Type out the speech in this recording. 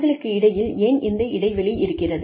அவர்களுக்கு இடையில் ஏன் இந்த இடைவெளி இருக்கிறது